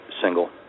Single